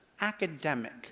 academic